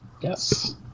Yes